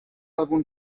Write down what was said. algun